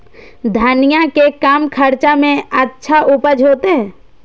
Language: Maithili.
धनिया के कम खर्चा में अच्छा उपज होते?